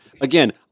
Again